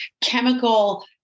chemical